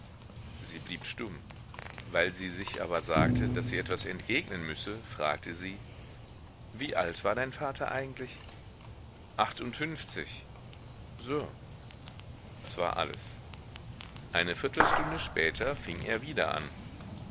sie blieb stumm weil sie sich aber sagte daß sie etwas entgegnen müsse fragte sie wie alt war dein vater eigentlich achtundfünfzig so das war alles eine viertelstunde später fing er wieder an